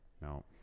No